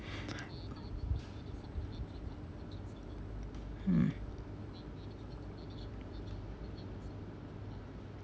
mm